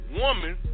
woman